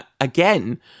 Again